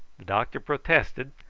doctor protested,